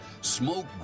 Smoke